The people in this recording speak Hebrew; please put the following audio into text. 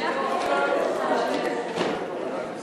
עדיפויות לאומיים (תיקוני חקיקה להשגת יעדי התקציב